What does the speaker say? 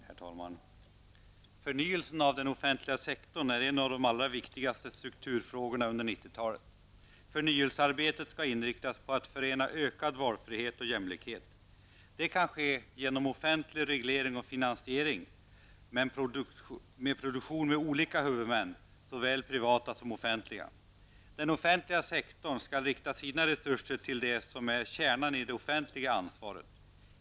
Herr talman! Förnyelsen av den offentliga sektorn är en av de allra viktigaste strukturfrågorna under 90-talet. Förnyelsearbetet skall inriktas på att förena ökad valfrihet och jämlikhet. Det kan ske genom offentlig reglering och finansiering med produktion av olika huvudmän, såväl privata som offentliga. Den offentliga sektorn skall rikta sina resurser till det som är kärnan i det offentliga ansvaret.